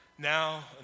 Now